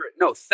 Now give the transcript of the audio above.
no